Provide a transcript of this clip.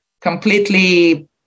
completely